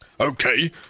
Okay